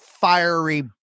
fiery